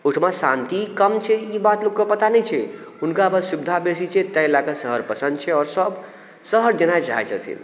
ओइठमा शान्ति कम छै ई बात लोकके पता नहि छै हुनका बस सुविधा बेसी छै तइ लऽ कऽ शहर पसन्द छै आओर सब शहर जेनाइ चाहै छथिन